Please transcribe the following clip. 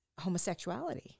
homosexuality